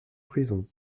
prison